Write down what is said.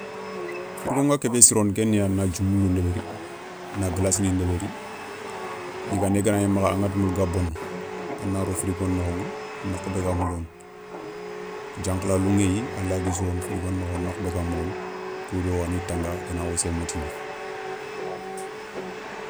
Firigo nga ké bé sirono ké ni ya na dji moulou ndébéri na galassini ndébéri, yigandé ganagna makha angata moula ga bono a na ro frigo nokho ηa nokhou bé ga moulono, diankhalalou ηéye a layi i sou roono frigo nokho nokhou bé ga moulone kou do a ni tanga i na wassé mottini.